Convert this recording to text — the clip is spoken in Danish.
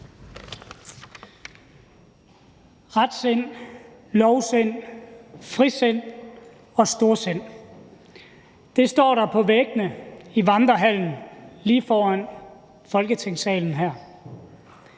»Retsind«, »lovsind«, »frisind« og »storsind« – det står der på væggene i Vandrehallen lige her foran Folketingssalen.